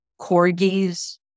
corgis